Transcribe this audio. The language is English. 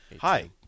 Hi